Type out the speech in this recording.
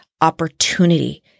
opportunity